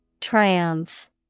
Triumph